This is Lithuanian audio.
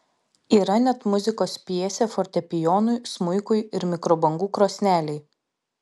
yra net muzikos pjesė fortepijonui smuikui ir mikrobangų krosnelei